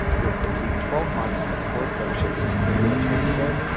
you'll complete twelve months of core clerkships in ambulatory care,